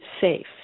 safe